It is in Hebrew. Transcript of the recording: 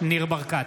ניר ברקת,